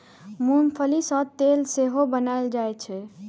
मूंंगफली सं तेल सेहो बनाएल जाइ छै